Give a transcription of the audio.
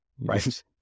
Right